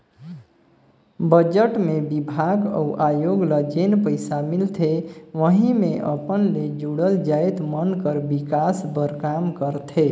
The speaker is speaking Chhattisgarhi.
बजट मे बिभाग अउ आयोग ल जेन पइसा मिलथे वहीं मे अपन ले जुड़ल जाएत मन कर बिकास बर काम करथे